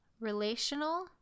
relational